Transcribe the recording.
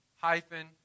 hyphen